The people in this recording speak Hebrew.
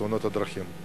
בתאונות הדרכים.